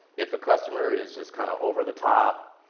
if a customer is just kind of over the top,